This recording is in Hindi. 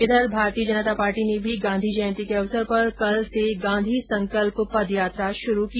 उधर भारतीय जनता पार्टी ने भी गांधी जयंती के अवसर पर कल से गांधी संकल्प पदयात्रा शुरु की